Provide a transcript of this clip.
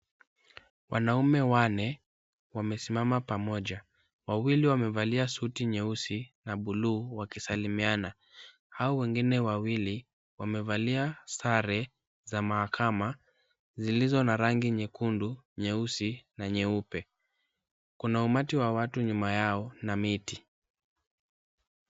Wanaume wanne wamesimama pamoja wawili wamevalia suti nyeusi na bluu wakisalimiana. Hao wengine wawili wamevalia sare za mahakama zilizo na rangi nyekundu, nyeusi na nyeupe. Kuna umati wa watu nyuma yao na miti.